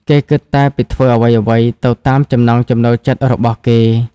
គេគិតតែពីធ្វើអ្វីៗទៅតាមចំណង់ចំណូលចិត្តរបស់គេ។